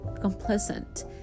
complacent